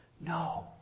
No